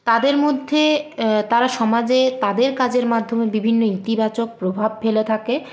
তাদের মধ্যে তারা সমাজে তাদের কাজের মাধ্যমে বিভিন্ন ইতিবাচক প্রভাব ফেলে থাকে